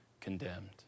condemned